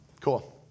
cool